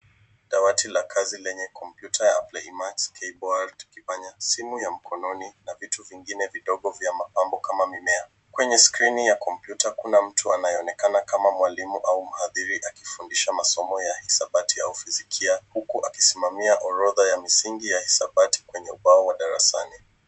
Dawati la kazi lenye kompyuta, simu ya mkononi na vitu vingine vidogo vya mapambo kama mimea. Kwenye skrini ya kompyuta kuna mtu anayeonekana kama mwalimu au mhadhiri akifundisha masomo ya hisabati au fizikia huku akisimamia orodha ya misingi ya hesabati kwenye ubao wa darasani.